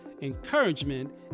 Encouragement